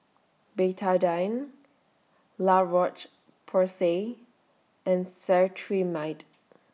Betadine La Roche Porsay and Cetrimide